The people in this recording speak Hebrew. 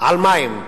על מים,